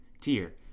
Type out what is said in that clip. tier